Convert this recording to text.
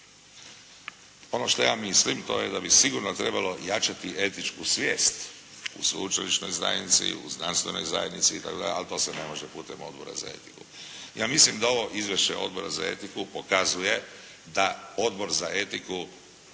Ono što ja mislim to je da bi sigurno trebalo jačati etičku svijest u sveučilišnoj zajednici, u znanstvenoj zajednici itd., ali to se ne može putem Odbora za etiku. Ja mislim da ovo izvješće Odbora za etiku pokazuje da Odbor za etiku